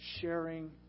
sharing